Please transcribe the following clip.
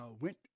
went